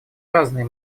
разные